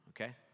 Okay